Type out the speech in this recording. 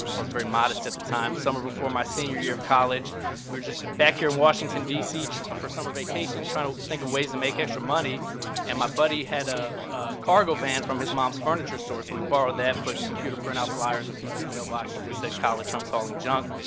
i was very modest at the time. the summer before my senior year of college we were just back here in washington, d c. for summer vacation trying to think of ways to make extra money and my buddy had a cargo van from his mom's furniture store, so we borrowed that, put computer printout fliers in people's mailboxes that said college hunks hauling junk.